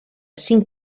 cinc